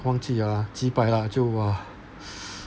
忘记 liao lah 几百啦就哇